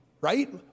right